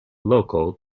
local